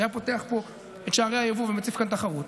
שהיה פותח פה את שערי היבוא ומציף כאן תחרות,